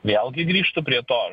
vėlgi grįžtu prie to